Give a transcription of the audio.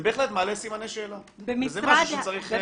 זה בהחלט מעלה סימני שאלה וזה משהו שצריך להתייחס אליו.